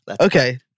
Okay